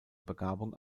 begabung